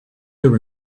over